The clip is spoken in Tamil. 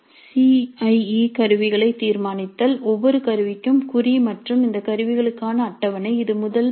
சி ஐஇ கருவிகளைத் தீர்மானித்தல் ஒவ்வொரு கருவிக்கும் குறி மற்றும் இந்த கருவிகளுக்கான அட்டவணை இது முதல் படி